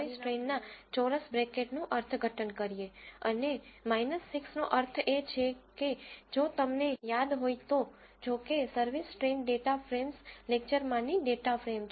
તે દરમિયાન આપણને સર્વિસ ટ્રેઈનના ચોરસ બ્રેકેટનું અર્થઘટન કરીએ અને 6 નો અર્થ એ છે કે જો તમને યાદ હોય તો જો કે સર્વિસ ટ્રેઈન ડેટા ફ્રેમ્સ લેક્ચર્સમાંની ડેટા ફ્રેમ છે